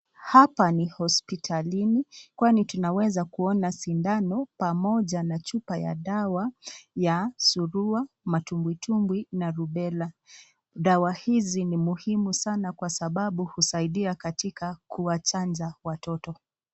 Hapa ni hospitalini kwani tunaweza kuona sindano pamoja na chupa ya dawa ya surua, matumbwitumwi na rubella, dawa hizi ni muhimu sana kwa sababu husaidia kwa kuwachanja watoto.